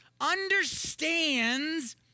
understands